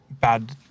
bad